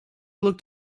looked